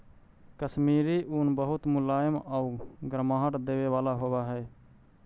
कश्मीरी ऊन बहुत मुलायम आउ गर्माहट देवे वाला होवऽ हइ